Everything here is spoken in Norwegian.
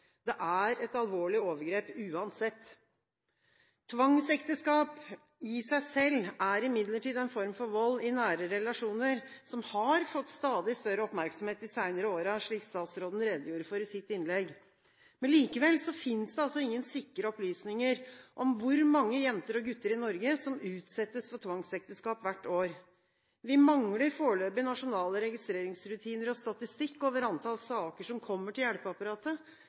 Det er et alvorlig overgrep uansett. Tvangsekteskap i seg selv er imidlertid en form for vold i nære relasjoner som har fått stadig større oppmerksomhet de senere årene, slik statsråden redegjorde for i sitt innlegg. Likevel finnes det ingen sikre opplysninger om hvor mange jenter og gutter i Norge som utsettes for tvangsekteskap hvert år. Vi mangler foreløpig nasjonale registreringsrutiner og statistikk over antall saker som kommer til hjelpeapparatet,